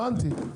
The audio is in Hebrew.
הבנתי.